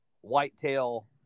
whitetail